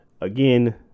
again